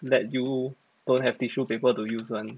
let you don't have tissue paper to use [one]